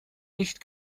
nicht